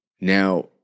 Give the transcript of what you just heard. Now